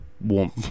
warm